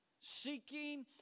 seeking